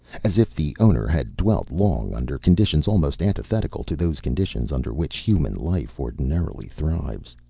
as if the owner had dwelt long under conditions almost antithetical to those conditions under which human life ordinarily thrives.